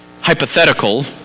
hypothetical